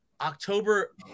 October